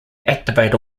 activate